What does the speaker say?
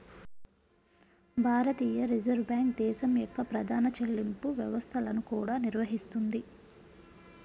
భారతీయ reserve bank దేశం యొక్క ప్రధాన చెల్లింపు వ్యవస్థలను కూడా నిర్వహిస్తుంది